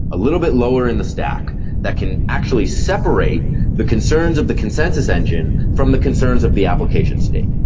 a little bit lower in the stack that can actually separate the concerns of the consensus engine from the concerns of the application state,